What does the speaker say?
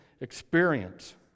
experience